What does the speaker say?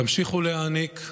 תמשיכו להעניק,